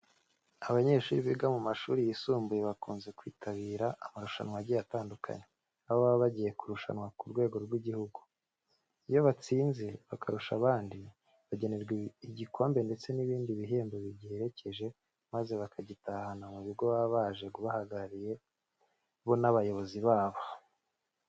Abanyeshuri biga mu mashuri yisumbuye bakunze kwitabira amarushanwa agiye atandukanye, aho baba bagiye kurushanwa ku rwego rw'igihugu. Iyo batsinze bakarusha abandi, bagenerwa igikombe ndetse n'ibindi bihembo bigiherekeje maze bakagitahana mu bigo baba baje bahagarariye bo n'abayobozi babo.